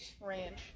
Ranch